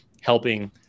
helping